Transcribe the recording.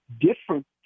different